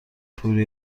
پوره